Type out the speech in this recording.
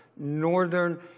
northern